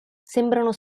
sembrano